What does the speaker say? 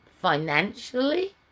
Financially